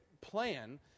plan